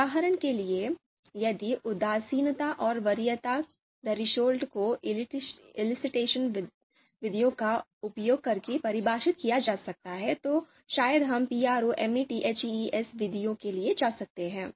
उदाहरण के लिए यदि उदासीनता और वरीयता थ्रेशोल्ड को एलिसिटेशन विधियों का उपयोग करके परिभाषित किया जा सकता है तो शायद हम PROMETHEES विधि के लिए जा सकते हैं